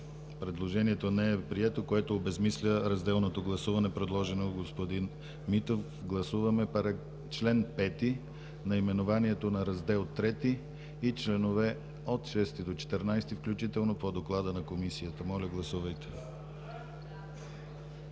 Предложението не е прието, което обезсмисля разделното гласуване, предложено от господин Митев. Гласуваме чл. 5, наименованието на Раздел ІІІ и членове от 6 до 14 включително по доклада на Комисията. Гласували